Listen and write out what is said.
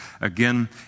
Again